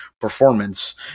performance